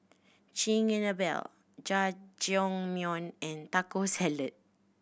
Chigenabe Jajangmyeon and Taco Salad